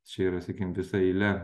čia yra sakykim visa eile